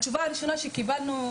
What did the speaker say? התשובה הראשונה שקיבלנו,